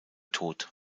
tot